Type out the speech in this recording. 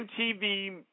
MTV